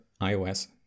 iOS